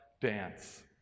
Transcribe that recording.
dance